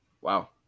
Wow